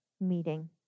meeting